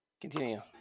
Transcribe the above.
Continue